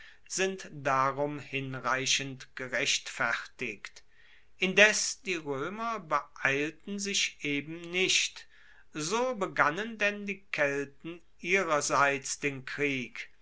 sind darum hinreichend gerechtfertigt indes die roemer beeilten sich eben nicht so begannen denn die kelten ihrerseits den krieg